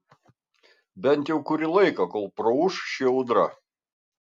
bent jau kurį laiką kol praūš ši audra